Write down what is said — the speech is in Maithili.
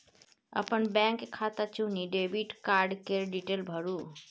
अपन बैंक खाता चुनि डेबिट कार्ड केर डिटेल भरु